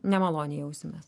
nemaloniai jausimės